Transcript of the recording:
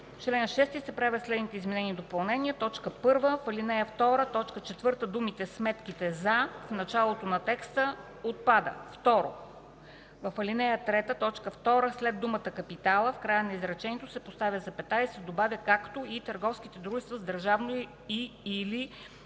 „В чл. 6 се правят следните изменения и допълнения: 1. В ал. 2, т. 4 думите „сметките за” в началото на текста отпадат. 2. В ал. 3, т. 2 след думата „капитала” в края на изречението се поставя запетая и се добавя „както и търговските дружества с държавно и/или